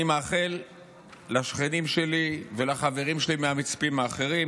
אני מאחל לשכנים שלי ולחברים שלי מהמצפים האחרים